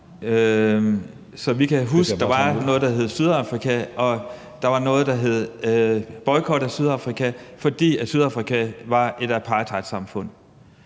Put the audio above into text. så vi kan huske, at der var noget, der hed Sydafrika, og at der var noget, der hed boykot af Sydafrika, fordi Sydafrika var et apartheidsamfund.